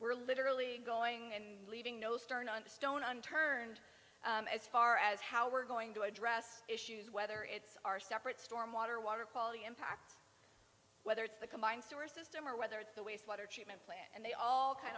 we're literally going and leaving no stone on the stone unturned as far as how we're going to address issues whether it's our separate storm water water quality impacts whether it's the combined sewer system or whether it's the wastewater treatment plant and they all kind